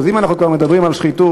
אז אם אנחנו כבר מדברים על שחיתות,